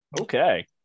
Okay